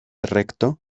recto